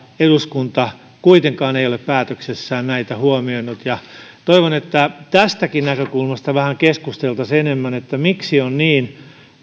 eduskunta kuitenkaan ei ole päätöksessään näitä huomioinut toivon että tästäkin näkökulmasta vähän keskusteltaisiin enemmän miksi on niin